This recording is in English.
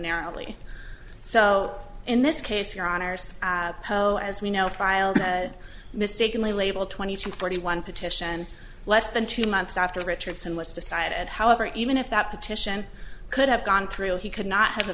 narrowly so in this case your honour's poa as we know filed head mistakenly label twenty two forty one petition less than two months after richardson was decided however even if that petition could have gone through he could not have a